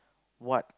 what